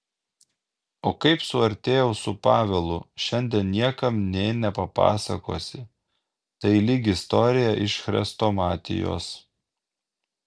o kaip suartėjau su pavelu šiandien niekam nė nepapasakosi tai lyg istorija iš chrestomatijos